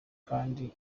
kandi